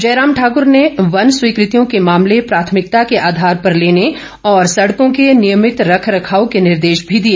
जयराम ठाकर ने वन स्वीकृतियों के मामले प्राथमिकता के आधार पर लेने और सडकों के नियमित रखरखाव के निर्देश भी दिए